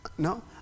No